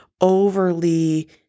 overly